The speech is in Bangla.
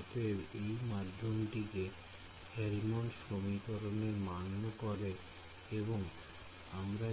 অতএব এই মাধ্যমটি হেলমনটস সমীকরণ মান্য করে এবং আমরা